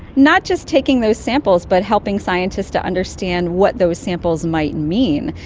not just taking those samples but helping scientists to understand what those samples might mean,